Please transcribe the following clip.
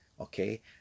okay